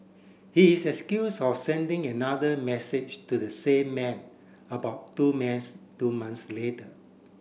he is of sending another message to the same man about two two months later